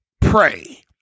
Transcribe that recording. pray